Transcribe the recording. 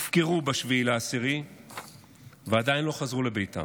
הופקרו, ב-7 באוקטובר ועדיין לא חזרו לביתם,